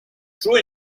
true